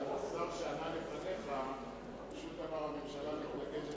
אבל השר שענה לפניך פשוט אמר: הממשלה מתנגדת,